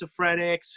schizophrenics